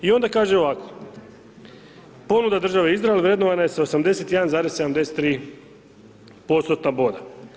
I onda kaže ovako – ponuda Države Izrael vrednovana je sa 81,73%-tna boda.